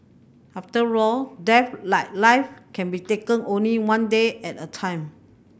after all death like life can be taken only one day at a time